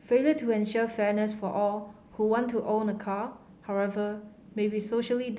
failure to ensure fairness for all who want to own a car however may be socially